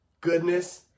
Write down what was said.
goodness